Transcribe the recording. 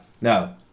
No